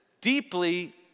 deeply